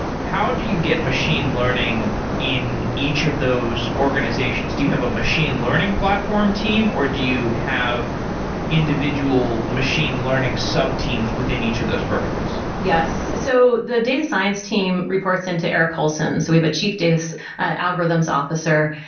how do you get machine learning in each of those organizations? do you have a machine learning platform team, or do you have individual machine learning sub-teams within each of those verticals? yes. so the data science team reports into eric colson. so we have a chief data so algorithms officer.